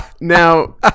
Now